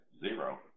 zero